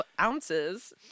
ounces